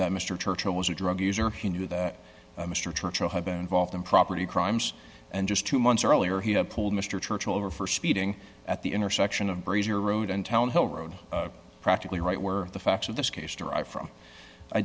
that mr churchill was a drug user he knew that mr churchill had been involved in property crimes and just two months earlier he had pulled mr churchill over for speeding at the intersection of brazier road and town hill road practically right where the facts of this case derive from i